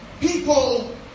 people